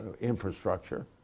infrastructure